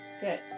Good